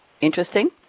Interesting